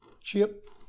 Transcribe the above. chip